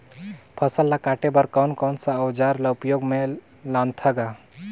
फसल ल काटे बर कौन कौन सा अउजार ल उपयोग में लानथा गा